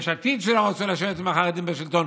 יש עתיד, שלא רצו לשבת עם החרדים בשלטון.